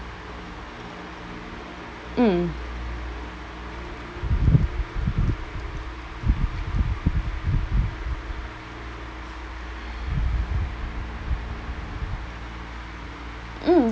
mm mm